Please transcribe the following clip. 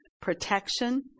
protection